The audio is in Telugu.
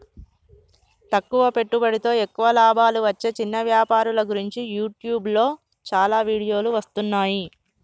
తక్కువ పెట్టుబడితో ఎక్కువ లాభాలు వచ్చే చిన్న వ్యాపారుల గురించి యూట్యూబ్లో చాలా వీడియోలు వస్తున్నాయి